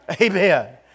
Amen